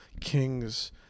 King's